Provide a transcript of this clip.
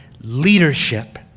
leadership